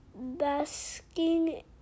basking